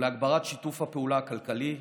להגברת שיתוף הפעולה הכלכלי,